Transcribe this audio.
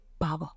power